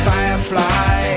Firefly